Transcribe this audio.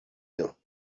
you